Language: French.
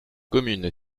commune